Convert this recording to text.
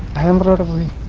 am glumly